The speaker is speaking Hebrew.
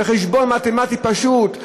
בחשבון מתמטי פשוט,